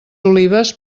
olives